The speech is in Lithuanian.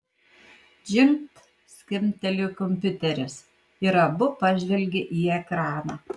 džingt skimbtelėjo kompiuteris ir abu pažvelgė į ekraną